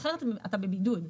אחרת אתה בבידוד.